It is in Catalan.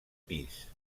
pis